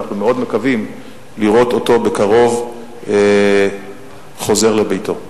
ואנחנו מאוד מקווים לראות אותו בקרוב חוזר לביתו.